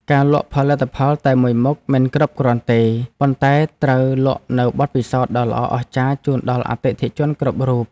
ការលក់ផលិតផលតែមួយមុខមិនគ្រប់គ្រាន់ទេ ប៉ុន្តែត្រូវលក់នូវបទពិសោធន៍ដ៏ល្អអស្ចារ្យជូនដល់អតិថិជនគ្រប់រូប។